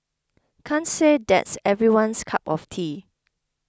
can't say that's everyone's cup of tea